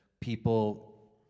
people